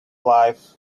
life